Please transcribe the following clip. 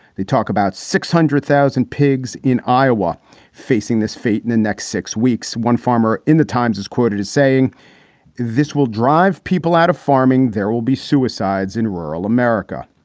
they talk about six hundred thousand pigs in iowa facing this fate and in the next six weeks. one farmer in the times is quoted as saying this will drive people out of farming. there will be suicides in rural america.